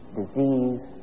disease